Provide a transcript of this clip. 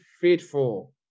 faithful